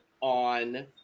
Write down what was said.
on